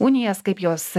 unijas kaip jos